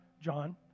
John